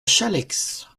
challex